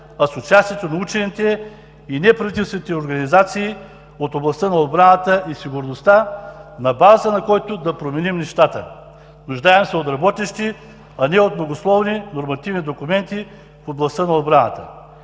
а с участието на учените и неправителствените организации от областта на отбраната и сигурността, на базата на който да променим нещата. Нуждаем се от работещи, а не от многословни нормативни документи в областта на отбраната.